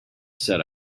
said